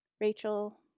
rachel